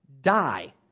die